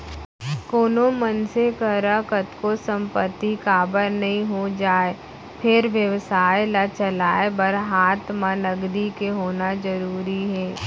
कोनो मनसे करा कतको संपत्ति काबर नइ हो जाय फेर बेवसाय ल चलाय बर हात म नगदी के होना जरुरी हे